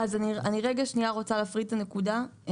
אני רוצה להפריד את הנקודה.